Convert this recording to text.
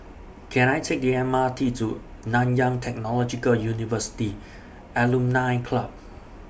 Can I Take The M R T to Nanyang Technological University Alumni Club